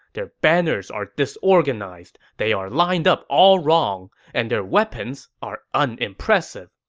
their banners are disorganized. they are lined up all wrong. and their weapons are unimpressive.